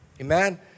Amen